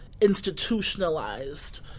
institutionalized